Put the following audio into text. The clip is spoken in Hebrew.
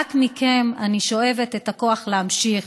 רק מכם אני שואבת את הכוח להמשיך.